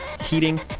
heating